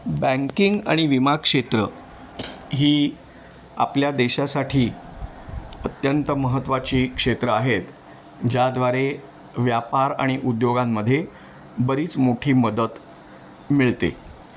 banking आणि विमा क्षेत्र ही आपल्या देशासाठी अत्यंत महत्वाची क्षेत्रं आहेत ज्याद्वारे व्यापार आणि उद्योगांमध्ये बरीच मोठी मदत मिळते